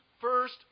first